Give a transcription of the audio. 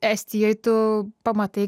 estijoj tu pamatai